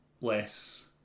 less